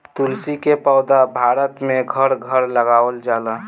तुलसी के पौधा भारत में घर घर लगावल जाला